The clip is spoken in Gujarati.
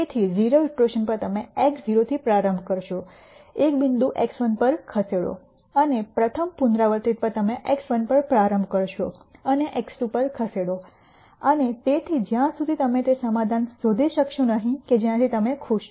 તેથી 0 ઇટરેશન પર તમે x0 થી પ્રારંભ કરશો એક બિંદુ x1 પર ખસેડો અને પ્રથમ પુનરાવૃત્તિ પર તમે x1 પર પ્રારંભ કરશો અને x2 પર ખસેડો અને તેથી જ્યાં સુધી તમે તે સમાધાન શોધી શકશો નહીં કે જેનાથી તમે ખુશ છો